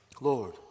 Lord